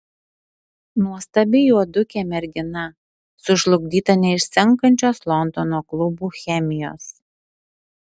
nuostabi juodukė mergina sužlugdyta neišsenkančios londono klubų chemijos